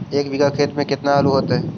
एक बिघा खेत में केतना आलू होतई?